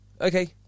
Okay